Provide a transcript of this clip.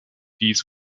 dies